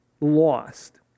lost